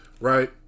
right